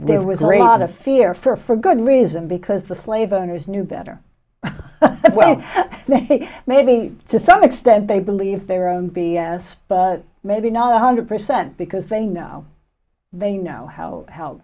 a fear for for good reason because the slave owners knew better well maybe to some extent they believe their own b s but maybe not a hundred percent because they know they know how